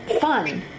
fun